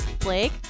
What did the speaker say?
blake